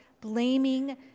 blaming